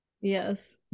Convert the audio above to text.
yes